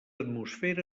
atmosfera